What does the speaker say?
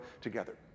together